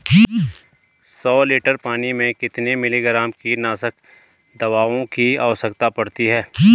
सौ लीटर पानी में कितने मिलीग्राम कीटनाशक दवाओं की आवश्यकता पड़ती है?